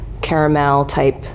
caramel-type